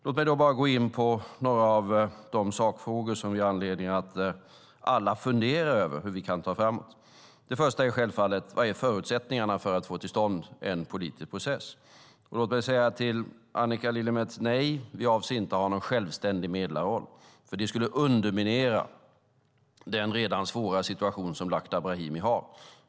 Låt mig så gå in på några av de sakfrågor som vi alla har anledning att fundera över. Hur kan vi föra frågan framåt? Det första är självfallet att ta reda på vilka förutsättningarna är för att få till stånd en politisk process. Jag vill till Annika Lillemets säga att nej, vi avser inte att ha någon självständig medlarroll, för det skulle underminera den redan svåra situation som Lakhdar Brahimi har.